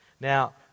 Now